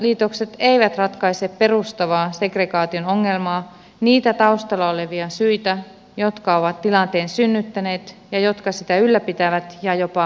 kuntaliitokset eivät ratkaise perustavaa segregaation ongelmaa niitä taustalla olevia syitä jotka ovat tilanteen synnyttäneet ja jotka sitä ylläpitävät ja jopa pahentavat